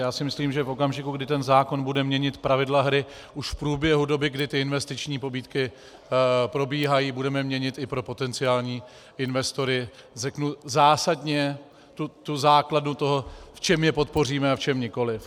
Já si myslím, že v okamžiku, kdy ten zákon bude měnit pravidla hry už v průběhu doby, kdy ty investiční pobídky probíhají, budeme měnit i pro potenciální investory zásadně základnu toho, v čem je podpoříme a v čem nikoliv.